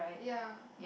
ya